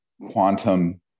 quantum